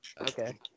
Okay